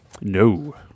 No